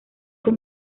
con